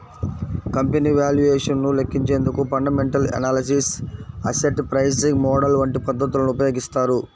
company valuation ను లెక్కించేందుకు fundamental analysis, asset pricing model వంటి పద్ధతులను ఉపయోగిస్తారు